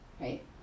right